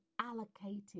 allocated